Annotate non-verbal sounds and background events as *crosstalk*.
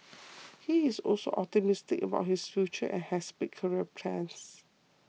*noise* he is also optimistic about his future and has big career plans